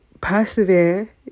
persevere